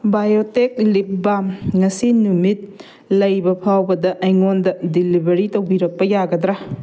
biotech ꯂꯤꯞ ꯕꯥꯝ ꯉꯁꯤ ꯅꯨꯃꯤꯠ ꯂꯩꯕ ꯐꯥꯎꯕꯗ ꯑꯩꯉꯣꯟꯗ ꯗꯤꯂꯤꯕꯔꯤ ꯇꯧꯕꯤꯔꯛꯄ ꯌꯥꯒꯗ꯭ꯔꯥ